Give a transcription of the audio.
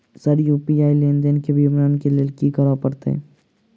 Sir UPI लेनदेन केँ विवरण केँ लेल की करऽ परतै?